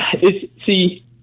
see